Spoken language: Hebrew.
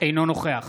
אינו נוכח